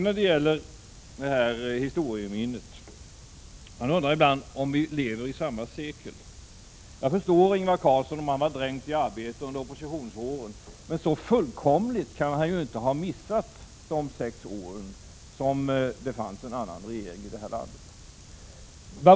När det gäller historieminnet undrar man ibland om vi lever i samma sekel. Jag förstår om Ingvar Carlsson var dränkt i arbete under oppositionsåren, men så fullkomligt kan han ju inte ha missat de sex år då det fanns en annan regering i det här landet.